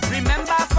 Remember